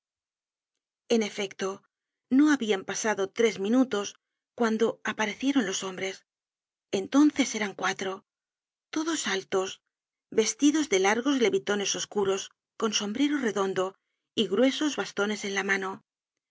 en efecto no habían pasado tres minutes cuando aparecieron los hombres entonces eran cuatro todos altos vestidos de largos levitones oscuros con sombrero redondo y gruesos bastones en la mano